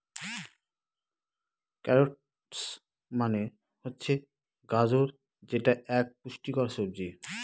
carrots মানে হচ্ছে গাজর যেটা এক পুষ্টিকর সবজি